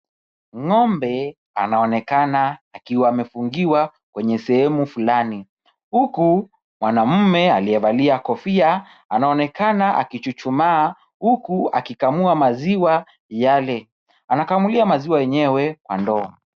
Ng'ombe anaonekana akiwa amefungiwa kwenye sehemu flani huku mwanaume aliyevalia kofia anaonekana akichuchumaa huku akiamua maziwa yale. Anakamulia maziwa yenyewe kwa ndoo.